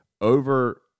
over